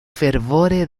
fervore